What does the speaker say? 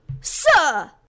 Sir